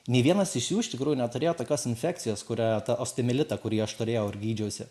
nei vienas iš jų iš tikrųjų neturėjo tokios infekcijos kurią tą osteomielitą kurį aš turėjau ir gydžiausi